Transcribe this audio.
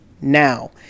Now